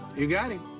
you got him.